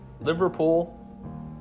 Liverpool